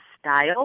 style